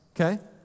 Okay